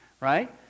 right